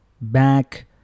back